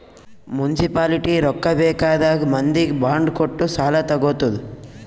municipality ರೊಕ್ಕಾ ಬೇಕ್ ಆದಾಗ್ ಮಂದಿಗ್ ಬಾಂಡ್ ಕೊಟ್ಟು ಸಾಲಾ ತಗೊತ್ತುದ್